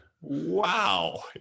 wow